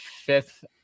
fifth